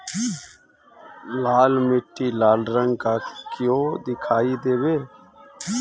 लाल मीट्टी लाल रंग का क्यो दीखाई देबे?